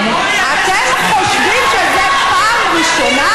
עשר שנים, אתם חושבים שזו פעם ראשונה?